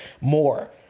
more